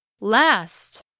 last